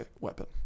weapon